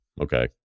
Okay